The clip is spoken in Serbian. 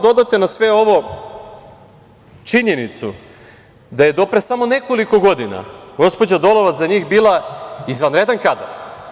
Dodajte na sve ovo činjenicu da je do pre samo nekoliko godina gospođa Dolovac za njih bila izvanredan kadar.